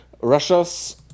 russia's